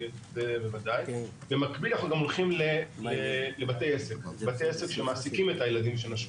במקביל אנחנו הולכים לבתי עסק במעסיקים את הילדים שנשרו.